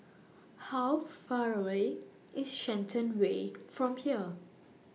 How Far away IS Shenton Way from here